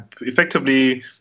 effectively